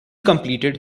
completed